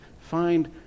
find